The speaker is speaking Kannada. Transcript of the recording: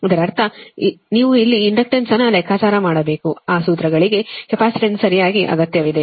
ಇದರರ್ಥ ನೀವು ಇಲ್ಲಿ ಇಂಡಕ್ಟನ್ಸ್ ಅನ್ನು ಲೆಕ್ಕಾಚಾರ ಮಾಡಬೇಕು ಆ ಸೂತ್ರಗಳಿಗೆ ಕೆಪಾಸಿಟನ್ಸ್ ಸರಿಯಾಗಿ ಅಗತ್ಯವಿದೆ